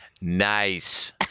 nice